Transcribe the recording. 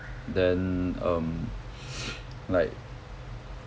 then um like